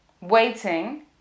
waiting